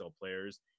players